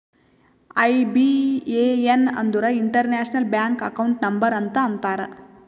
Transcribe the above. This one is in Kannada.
ಐ.ಬಿ.ಎ.ಎನ್ ಅಂದುರ್ ಇಂಟರ್ನ್ಯಾಷನಲ್ ಬ್ಯಾಂಕ್ ಅಕೌಂಟ್ ನಂಬರ್ ಅಂತ ಅಂತಾರ್